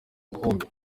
rukumbi